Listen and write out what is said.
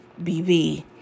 BV